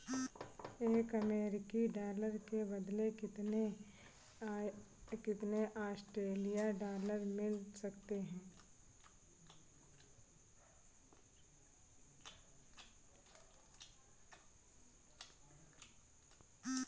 एक अमेरिकी डॉलर के बदले कितने ऑस्ट्रेलियाई डॉलर मिल सकते हैं?